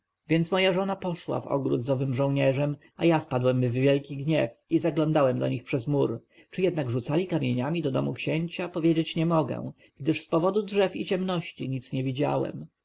więc moja żona poszła w ogród z owym żołnierzem a ja wpadłem w wielki gniew i zaglądałem do nich przez mur czy jednak rzucali kamienie do domu księcia powiedzieć nie mogę gdyż z powodu drzew i ciemności nic nie widziałem